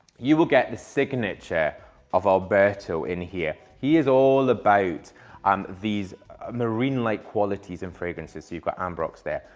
you will get the signature of alberto in here. he is all about um these marine like qualities and fragrances. so you've got ambrox there.